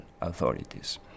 authorities